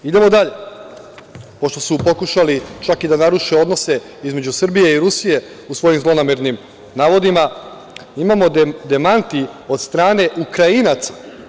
Idemo dalje, pošto su pokušali čak i da naruše odnose između Srbije i Rusije u svojim zlonamernim navodima, imamo demanti od strane Ukrajinaca.